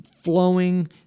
flowing